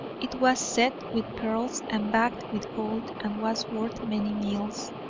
it was set with pearls and backed with gold and was worth many meals,